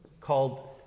called